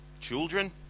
children